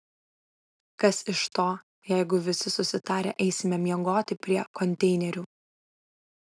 kas iš to jeigu visi susitarę eisime miegoti prie konteinerių